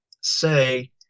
say